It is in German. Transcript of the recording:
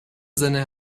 sinne